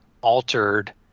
altered